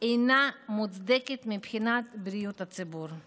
אינה מוצדקת מבחינת בריאות הציבור.